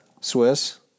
Swiss